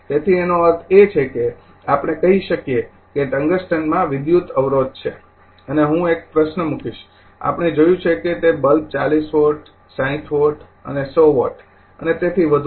તેથી એનો અર્થ એ છે કે આપણે કહી શકીએ કે ટંગસ્ટનમાં ઇલેક્ટ્રિકલ અવરોધ છે અને હું અહીં એક પ્રશ્ન મૂકીશ કે આપણે જોયું છે કે તે બલ્બ ૪૦ વોટ ૬૦ વોટ અને ૧૦૦ વોટ અને તેથી વધુ